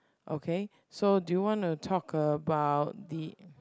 okay so do you wanna talk about the